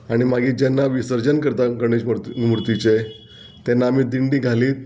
आनी मागीर जेन्ना विसर्जन करता गणेश मूर्ती मुर्तीचें तेन्ना आमी दिंडी घालीत